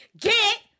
Get